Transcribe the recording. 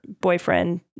boyfriend